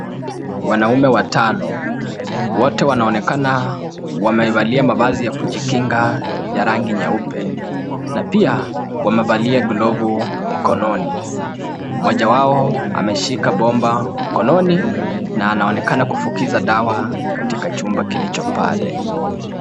Wanaume watano wote wanaonekana wameivalia mavazi ya kujikinga ya rangi nyeupe. Na pia wamevalia glavu mkononi. Mmoja wao ameshika bomba mkononi na anaonekana kufukiza dawa katika chumba kilicho pale.